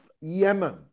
Yemen